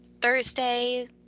Thursday